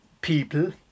people